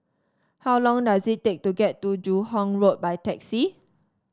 how long does it take to get to Joo Hong Road by taxi